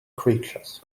creatures